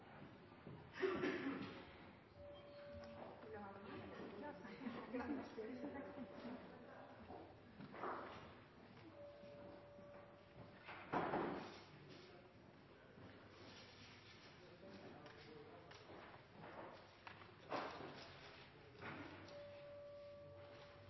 vi har i